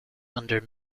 under